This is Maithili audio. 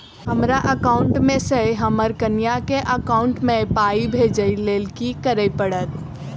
हमरा एकाउंट मे सऽ हम्मर कनिया केँ एकाउंट मै पाई भेजइ लेल की करऽ पड़त?